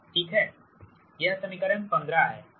VS1ZY2VRZIR यह समीकरण 15 है